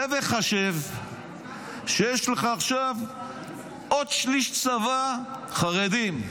צא וחשב שיש לך עכשיו עוד שליש צבא חרדים.